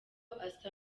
asa